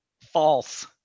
false